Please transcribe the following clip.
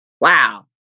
Wow